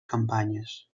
campanyes